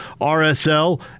RSL